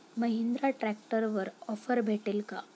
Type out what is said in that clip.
महिंद्रा ट्रॅक्टरवर ऑफर भेटेल का?